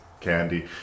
candy